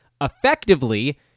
effectively